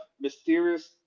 mysterious